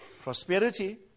prosperity